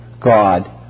God